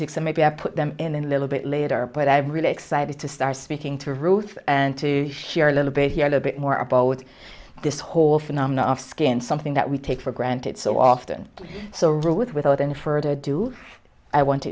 and maybe i put them in a little bit later but i'm really excited to start speaking to ruth and to hear a little bit here a little bit more a ball with this whole phenomena of skin something that we take for granted so often so rule with without any further ado i want to